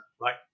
right